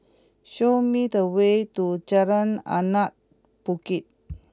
show me the way to Jalan Anak Bukit